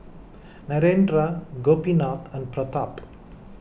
Narendra Gopinath and Pratap